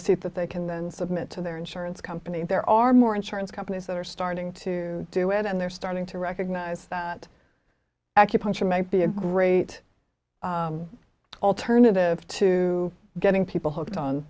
t that they can then submit to their insurance company and there are more insurance companies that are starting to do it and they're starting to recognize that acupuncture might be a great alternative to getting people hooked